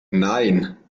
nein